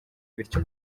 bityo